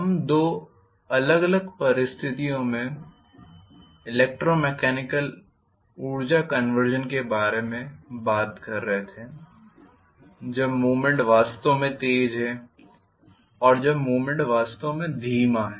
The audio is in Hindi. हम दो अलग अलग परिस्थितियों में इलेक्ट्रो मैकेनिकल ऊर्जा कंवर्सन के बारे में बात कर रहे थे जब मूवमेंट वास्तव में तेज है और जब मूवमेंट वास्तव में धीमा है